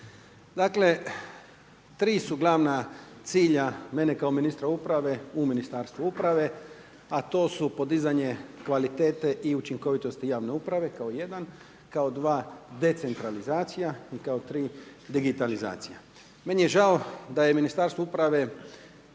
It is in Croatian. Dakle, 3 su glavna cilja mene kao ministra uprave u Ministarstvu uprave, a to su podizanje kvalitete i učinkovitosti javne uprave, kao jedan, kao dva decentralizacija, kao tri digitalizacija. Meni je žao, da je Ministarstvo uprave,